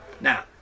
Now